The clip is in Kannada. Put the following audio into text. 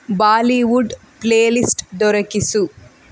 Bollywood playlist ದೊರಕಿಸು